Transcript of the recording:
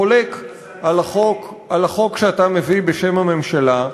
חולק על החוק שאתה מביא בשם הממשלה,